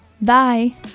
Bye